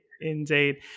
indeed